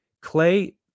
Clay